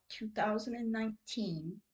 2019